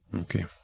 Okay